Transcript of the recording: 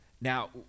now